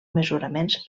mesuraments